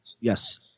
Yes